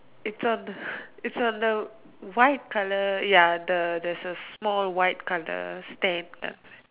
it's on the it's on the white color ya the there is a small white color stamp